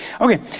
Okay